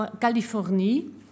Californie